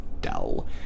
dull